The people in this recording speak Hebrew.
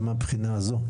גם מהבחינה הזאת,